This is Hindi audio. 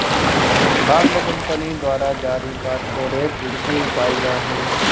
बॉन्ड कंपनी द्वारा जारी कॉर्पोरेट ऋण की इकाइयां हैं